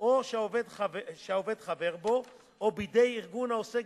שהעובד חבר בו, או בידי ארגון העוסק